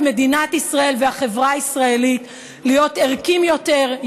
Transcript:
מדינת ישראל ואת החברה הישראלית להיות ערכיים יותר,